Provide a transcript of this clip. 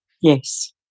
Yes